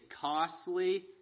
costly